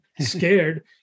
scared